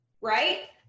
right